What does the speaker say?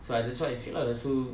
so I that's what I feel lah like so